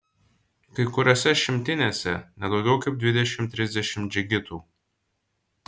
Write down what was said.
kai kuriose šimtinėse ne daugiau kaip dvidešimt trisdešimt džigitų